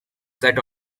set